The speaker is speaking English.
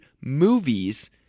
movies